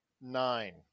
Nine